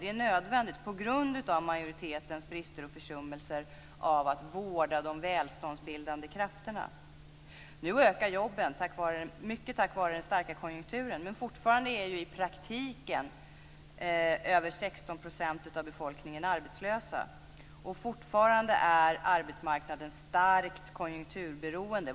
Det är nödvändigt på grund av majoritetens brister och försummelser när det gäller att vårda de välståndsbildande krafterna. Nu ökar antalet jobb, mycket tack vare den starka konjunkturen. Men i praktiken är ju fortfarande över 16 % av befolkningen arbetslös, och arbetsmarknaden är fortfarande starkt konjunkturberoende.